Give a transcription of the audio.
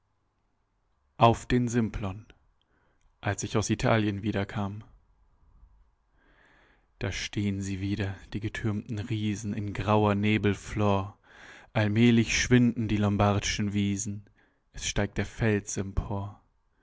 auf den simplon als ich von italien zurückkam da stehn sie wieder die gethürmten riesen in grauer nebel flor allmählich schwinden die lombard'schen wiesen es steigt der fels empor